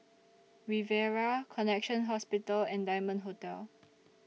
Riviera Connexion Hospital and Diamond Hotel